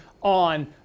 on